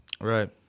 Right